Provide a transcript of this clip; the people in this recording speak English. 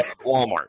Walmart